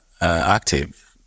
active